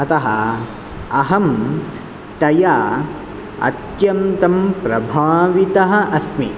अतः अहं तया अत्यन्तं प्रभावितः अस्मि